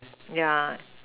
yeah